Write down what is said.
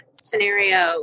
scenario